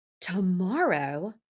tomorrow